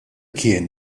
kien